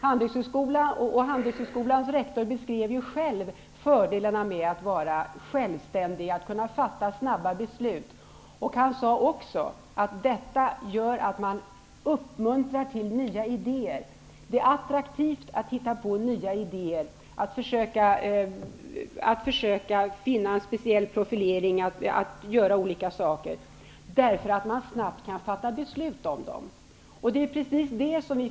Handelshögskolans rektor beskrev själv fördelarna med att vara självständig, att kunna fatta snabba beslut. Han sade också att detta gör att man uppmuntrar till nya idéer. Det är attraktivt att hitta på nya idéer, att försöka finna en speciell profilering osv., eftersom man snabbt kan fatta beslut om dem.